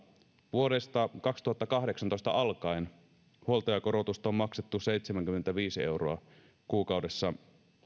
vuodesta kaksituhattakahdeksantoista alkaen huoltajakorotusta on maksettu seitsemänkymmentäviisi euroa kuukaudessa